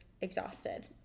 exhausted